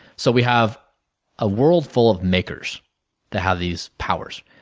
so, we have a world full of makers that have these powers.